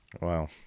Wow